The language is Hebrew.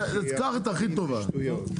קח את הכי הטובה.